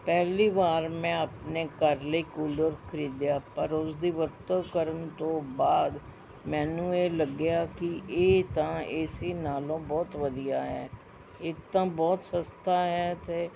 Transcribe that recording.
ਪਹਿਲੀ ਵਾਰ ਮੈਂ ਆਪਣੇ ਘਰ ਲਈ ਕੂਲਰ ਖਰੀਦਿਆ ਪਰ ਉਸਦੀ ਵਰਤੋਂ ਕਰਨ ਤੋਂ ਬਾਅਦ ਮੈਨੂੰ ਇਹ ਲੱਗਿਆ ਕਿ ਇਹ ਤਾਂ ਏ ਸੀ ਨਾਲੋਂ ਬਹੁਤ ਵਧੀਆ ਹੈ ਇਹ ਤਾਂ ਬਹੁਤ ਸਸਤਾ ਹੈ ਅਤੇ